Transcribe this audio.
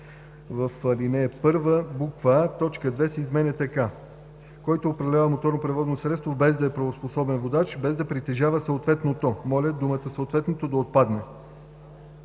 в ал. 1, буква „а“, т. 2 се изменя така: „който управлява моторно превозно средство без да е правоспособен водач, без да притежава съответното“, моля думата „съответното“ да отпадне.